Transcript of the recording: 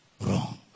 wrong